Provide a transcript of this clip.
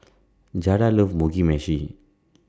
Jada loves Mugi Meshi